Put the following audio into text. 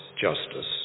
justice